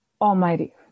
Almighty